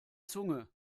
zunge